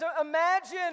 imagine